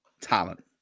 talent